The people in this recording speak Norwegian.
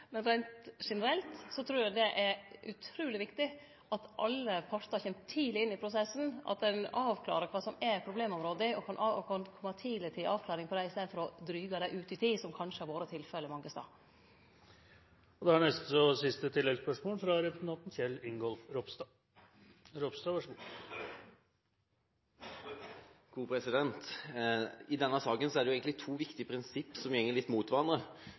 generelt trur eg det er utruleg viktig at alle partar kjem tidleg inn i prosessen, og at ein avklarar kva som er problemområda og kan tidleg kome til avklaring på det, i staden for å dra det ut i tid, som kanskje har vore tilfellet mange stadar. Kjell Ingolf Ropstad – til siste oppfølgingsspørsmål. I denne saken er det egentlig to viktige prinsipper som går litt mot